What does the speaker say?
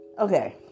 okay